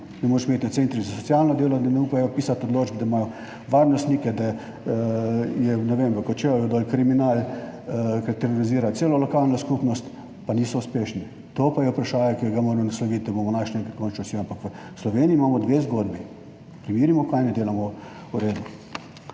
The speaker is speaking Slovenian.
Ne moreš imeti na centrih za socialno delo, da ne upajo pisati odločb, da imajo varnostnike, da je, ne vem, v Kočevju doli kriminal, ki terorizira celo lokalno skupnost, pa niso uspešni. To pa je vprašanje, ki ga moramo nasloviti, da bomo našli enkrat končno rešitev. Ampak v Sloveniji imamo dve zgodbi. Preverimo, česa ne delamo v redu.